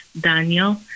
daniel